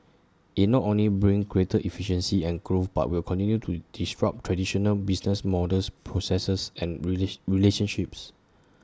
IT not only brings greater efficiency and growth but will continue to disrupt traditional business models processes and relationships